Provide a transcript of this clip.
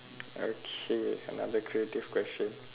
okay another creative question